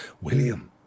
William